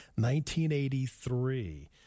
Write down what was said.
1983